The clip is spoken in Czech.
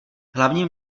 hlavním